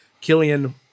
Killian